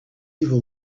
evil